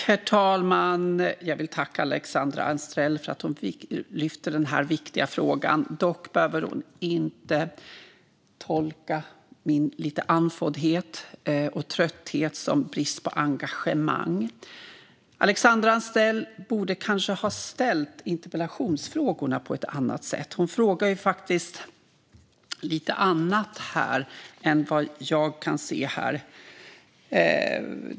Herr talman! Jag vill tacka Alexandra Anstrell för att hon lyfter fram den här viktiga frågan. Dock behöver hon inte tolka min lätta andfåddhet och trötthet som brist på engagemang. Alexandra Anstrell borde kanske ha ställt interpellationsfrågorna på ett annat sätt. Hon frågade lite annat här.